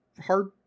hard